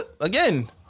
Again